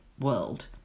world